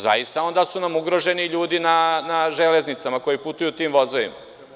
Zaista, onda su nam ugroženi ljudi na železnicama koji putuju tim vozovima.